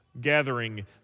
gathering